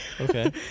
Okay